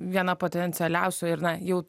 viena potencialiausių ir na jau